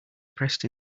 pressed